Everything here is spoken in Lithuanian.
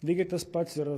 lygiai tas pats yra